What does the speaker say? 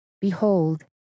Behold